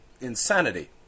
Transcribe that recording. insanity